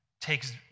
takes